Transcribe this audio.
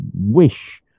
wish